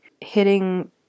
hitting